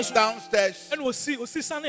downstairs